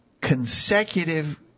consecutive